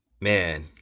Man